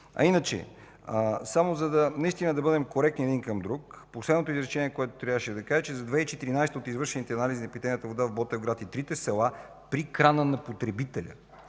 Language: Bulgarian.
Иначе за да бъдем коректни един към друг, последното изречение, което трябваше да кажа – за 2014 г. от извършените анализи на питейната вода в Ботевград и трите села, при крана на потребителя